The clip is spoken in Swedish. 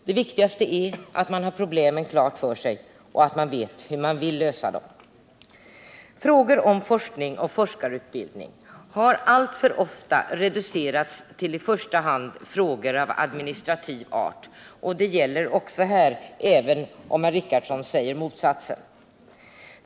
Det viktigaste är att man har problemen klara för sig och att man vet hur man vill lösa dem. Frågor om forskning och forskarutbildning har alltför ofta reducerats till i första hand frågor av administrativ art, och det gäller också här, även om herr Richardson säger motsatsen.